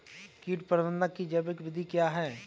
कीट प्रबंधक की जैविक विधि क्या है?